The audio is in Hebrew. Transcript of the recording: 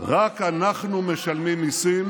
רק אנחנו משלמים מיסים